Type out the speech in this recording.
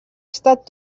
estat